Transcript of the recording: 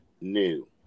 new